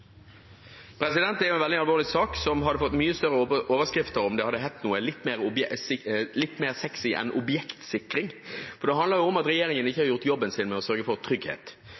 en veldig alvorlig sak som hadde fått mye større overskrifter om det hadde hett noe litt mer sexy en objektsikring. For det handler om at regjeringen ikke har gjort jobben sin med å sørge for trygghet.